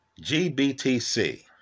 GBTC